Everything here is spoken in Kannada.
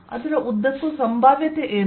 ಅದರ ಉದ್ದಕ್ಕೂ ಸಂಭಾವ್ಯತೆ ಏನು